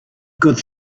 good